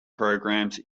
programs